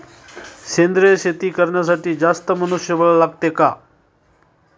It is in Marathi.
सेंद्रिय शेती करण्यासाठी जास्त मनुष्यबळ लागते का?